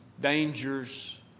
dangers